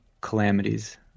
calamities